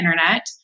internet